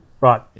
right